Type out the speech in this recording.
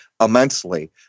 immensely